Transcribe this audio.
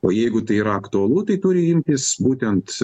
o jeigu tai yra aktualu tai turi imtis būtent